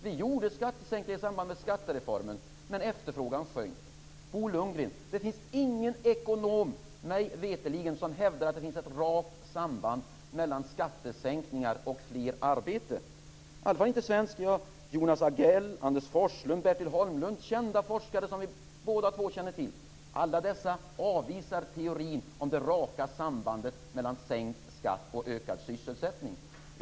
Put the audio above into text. Vi genomförde skattesänkningar i samband med skattereformen, men efterfrågan sjönk. Bo Lundgren, det finns mig veterligen ingen ekonom som hävdar att det finns ett rakt samband mellan skattesänkningar och mer sysselsättning. Jonas Agrell, Anders Forslund och Bertil Holmlund - kända forskare som vi båda två känner till - avvisar teorin om det raka sambandet mellan sänkt skatt och ökad sysselsättning.